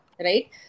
right